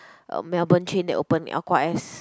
uh Melbourne chain that open Aqua S